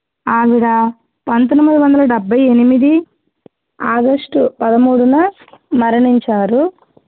ఆవిడ పంతొమ్మిది వందల డబ్భై ఎనిమిది ఆగస్టు పదమూడున మరణించారు